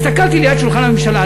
הסתכלתי על שולחן הממשלה.